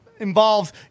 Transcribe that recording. involves